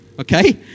okay